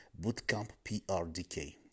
bootcampprdk